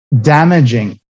damaging